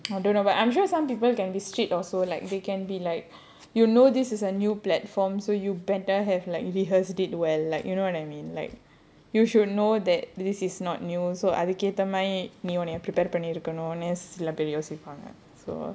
I don't know but I'm sure some people can be strict also like they can be like you know this is a new platform so you better have like rehearsed it well like you know what I mean like you should know that this is not new also அதுக்கேத்த மாதிரி நீ உன்னைய:adhukkaetha maadhiri nee unnaiya prepare பண்ணிருக்கணும் சில பேரு யோசிப்பாங்க:pannirukkanum sila peru yosippanga so